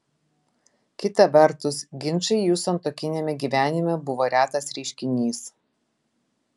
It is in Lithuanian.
kita vertus ginčai jų santuokiniame gyvenime buvo retas reiškinys